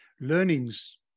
learnings